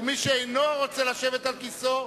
ומי שאינו רוצה לשבת על כיסאו,